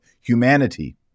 humanity